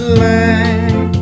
land